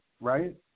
right